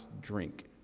drink